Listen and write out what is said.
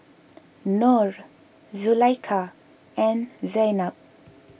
Nor Zulaikha and Zaynab